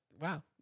wow